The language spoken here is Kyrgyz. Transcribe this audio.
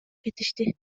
кетишти